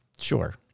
Sure